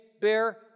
bear